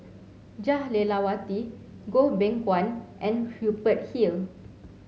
Jah Lelawati Goh Beng Kwan and Hubert Hill